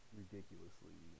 ridiculously